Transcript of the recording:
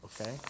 Okay